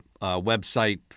website